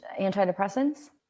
antidepressants